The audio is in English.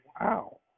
Wow